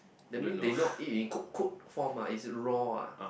that mean they not eat in cooked cooked form ah it's raw ah